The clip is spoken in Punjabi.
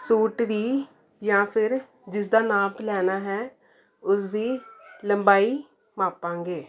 ਸੂਟ ਦੀ ਜਾਂ ਫਿਰ ਜਿਸਦਾ ਨਾਪ ਲੈਣਾ ਹੈ ਉਸਦੀ ਲੰਬਾਈ ਮਾਪਾਂਗੇ